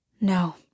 No